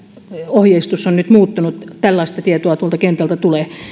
ohjeistus on nyt muuttunut tällaista tietoa tuolta kentältä tulee